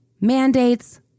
mandates